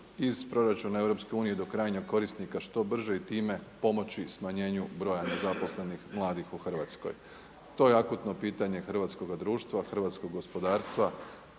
iz proračuna EU do krajnjeg korisnika što brže i time pomoći smanjenju broja nezaposlenih mladih u Hrvatskoj. To je akutno pitanje hrvatskoga društva, hrvatskog gospodarstva,